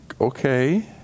okay